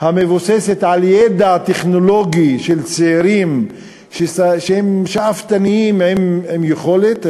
המבוססת על ידע טכנולוגי של צעירים שהם שאפתנים עם יכולת,